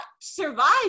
survive